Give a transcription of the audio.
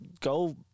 go